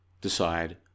decide